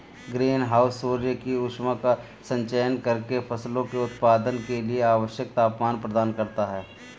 green house सूर्य की ऊष्मा का संचयन करके फसलों के उत्पादन के लिए आवश्यक तापमान प्रदान करता है